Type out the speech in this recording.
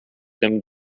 tym